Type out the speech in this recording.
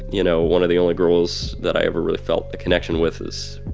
you know, one of the only girls that i ever really felt a connection with is,